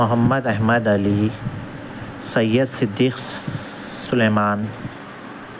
Muhammad Ahmed Ali Syed Siddique Sulaiman